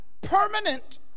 permanent